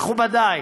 מכובדיי,